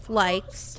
likes